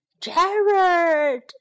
Jared